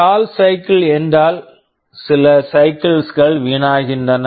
stall cycle stall cycle என்றால் சில cycles cycles கள் வீணாகின்றன